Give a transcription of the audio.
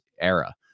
era